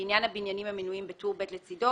לעניין הבניינים המנויים בטור ב' לצדו,